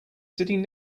sitting